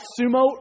sumo